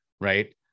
Right